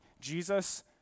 Jesus